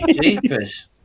Jesus